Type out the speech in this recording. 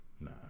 nah